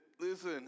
Listen